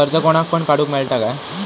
कर्ज कोणाक पण काडूक मेलता काय?